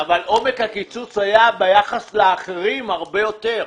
אבל עומק הקיצוץ ביחס לאחרים היה הרבה יותר.